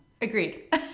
Agreed